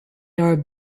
are